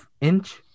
inch